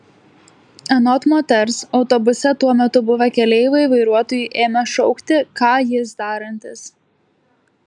anot moters autobuse tuo metu buvę keleiviai vairuotojui ėmė šaukti ką jis darantis